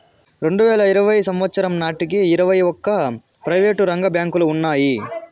రెండువేల ఇరవై సంవచ్చరం నాటికి ఇరవై ఒక్క ప్రైవేటు రంగ బ్యాంకులు ఉన్నాయి